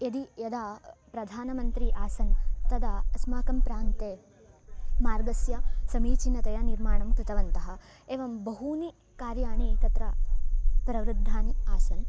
यदि यदा प्रधानमन्त्री आसन् तदा अस्माकं प्रान्ते मार्गं समीचिनतया निर्माणं कृतवन्तः एवं बहूनि कार्याणि तत्र प्रवृद्धानि आसन्